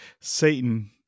satan